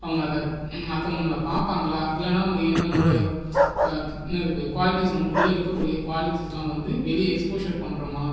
அவங்க அதை மற்றவுங்க நம்மள பார்ப்பாங்களா இல்லைனா நம்ம நம்மளோட என்ன இருக்குது குவாலிட்டிஸ் நமக்குள்ளே இருக்கக்கூடிய குவாலிட்டிஸ்செல்லாம் வந்து வெளியே எக்ஸ்போஷர் பண்ணுறோமா